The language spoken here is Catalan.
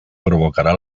provocarà